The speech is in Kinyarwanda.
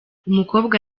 umukobwa